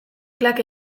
klak